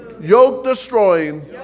yoke-destroying